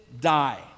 die